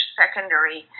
secondary